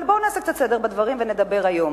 אבל בואו נעשה קצת סדר בדברים ונדבר היום.